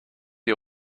you